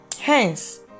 Hence